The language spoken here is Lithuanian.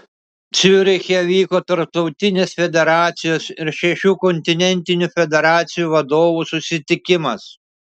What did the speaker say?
ciuriche vyko tarptautinės federacijos ir šešių kontinentinių federacijų vadovų susitikimas